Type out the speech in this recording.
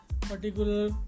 particular